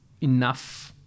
enough